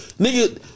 Nigga